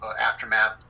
aftermath